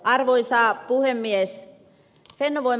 arvoisa puhemies